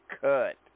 cut